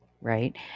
right